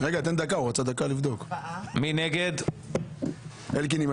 הצבעה הרוויזיה לא